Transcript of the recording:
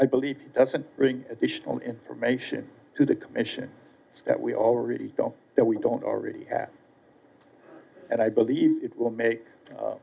i believe that's an additional information to the commission that we already know that we don't already have and i believe it will make